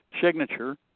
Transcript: signature